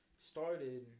started